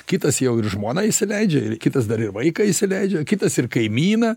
kitas jau ir žmoną įsileidžia ir kitas dar ir vaiką įsileidžia kitas ir kaimyną